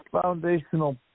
foundational